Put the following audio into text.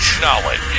knowledge